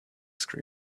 scream